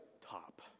top